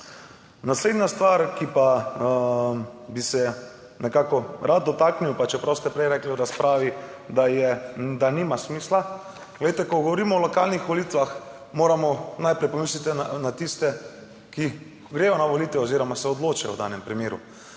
Naslednja stvar, ki bi se je nekako rad dotaknil, pa čeprav ste prej v razpravi rekli, da nima smisla. Ko govorimo o lokalnih volitvah, moramo najprej pomisliti na tiste, ki gredo na volitve oziroma se odločajo v danem primeru.